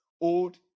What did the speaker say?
old